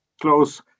close